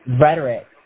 rhetoric